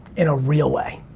in a real way.